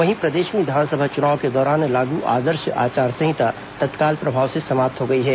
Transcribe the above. वहीं प्रदेश में विधानसभा चुनाव के दौरान लागू आदर्श आचार संहिता तत्काल प्रभाव से समाप्त हो गई है